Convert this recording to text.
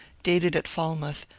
dated at falmouth,